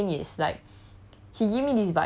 and then the thing is like